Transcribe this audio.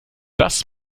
das